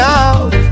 out